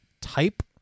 type